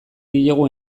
diegu